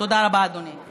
תודה רבה, אדוני.